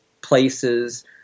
places